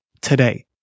today